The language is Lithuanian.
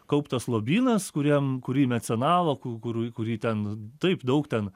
kauptas lobynas kuriam kurį mecenavo ku kur kurį ten taip daug ten